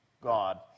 God